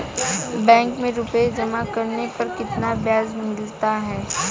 Bank में रुपये जमा करने पर कितना ब्याज मिलता है?